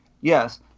Yes